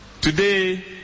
today